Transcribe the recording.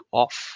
off